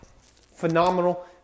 phenomenal